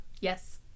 Yes